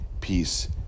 peace